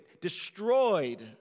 destroyed